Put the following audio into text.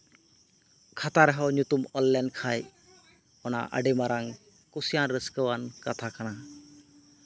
ᱠᱷᱟᱛᱟ ᱨᱮᱦᱚᱸ ᱮᱠᱴᱩ ᱧᱩᱛᱩᱢ ᱚᱞ ᱞᱮᱱᱠᱷᱟᱡ ᱚᱱᱟ ᱟᱹᱰᱤ ᱢᱟᱨᱟᱝ ᱠᱩᱥᱤᱭᱟᱱ ᱨᱟᱹᱥᱠᱟᱹ ᱟᱱ ᱠᱟᱛᱷᱟ ᱠᱟᱱᱟ